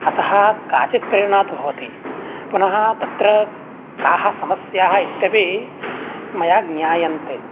अतः काचित् प्रेरणा तु भवति पुनः तत्र काः समस्याः इत्यपि मया ज्ञायन्ते